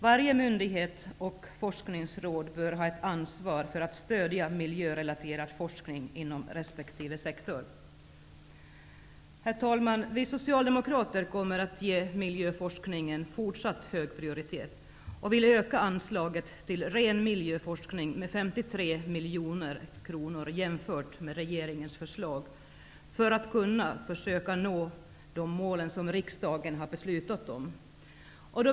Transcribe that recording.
Varje myndighet och forskningsråd bör ha ett ansvar för att stödja miljörelaterad forskning inom resp. sektor. Herr talman! Vi socialdemokrater kommer att ge miljöforskningen fortsatt hög prioritet, och för att vi skall kunna uppnå de mål riksdagen har beslutat om vill vi öka anslaget till ren miljöforskning med 53 miljoner kronor jämfört med regeringens förslag.